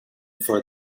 for